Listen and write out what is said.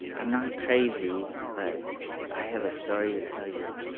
i'm not crazy, but i have a story to tell you.